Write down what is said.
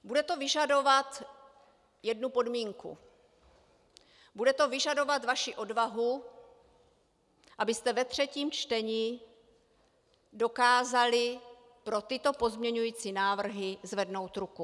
Bude to vyžadovat jednu podmínku: bude to vyžadovat vaši odvahu, abyste ve třetím čtení dokázali pro tyto pozměňovací návrhy zvednout ruku.